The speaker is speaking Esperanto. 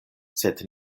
sed